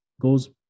goes